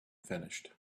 finished